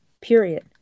period